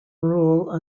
rule